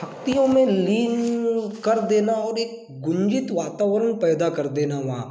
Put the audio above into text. भक्तियों में लीन कर देना और एक गुंजित वातावरण पैदा कर देना वहाँ